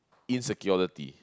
insecurity